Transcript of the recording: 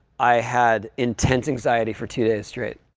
i had intense anxiety for two days straight.